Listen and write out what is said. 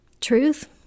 Truth